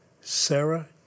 Sarah